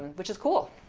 which is cool